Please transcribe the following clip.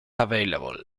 available